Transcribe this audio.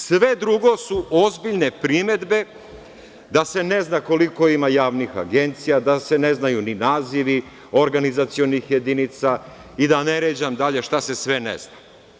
Sve drugo su ozbiljne primedbe da se ne zna koliko ima javnih agencija, da se ne znaju ni nazivi organizacionih jedinica i da ne ređam dalje šta se sve ne zna.